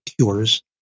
cures